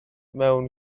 mewn